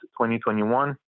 2021